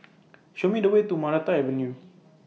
Show Me The Way to Maranta Avenue